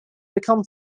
become